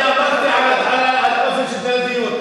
אני אמרתי על האופן שבו התנהל הדיון.